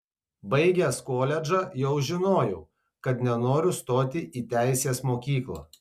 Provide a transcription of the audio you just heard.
baigęs koledžą jau žinojau kad nenoriu stoti į teisės mokyklą